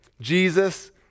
Jesus